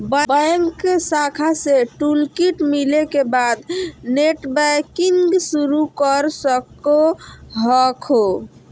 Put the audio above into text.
bank शाखा से toolkit मिले के बाद नेटबैंकिंग शुरू कर सको हखो